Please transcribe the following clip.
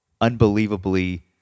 unbelievably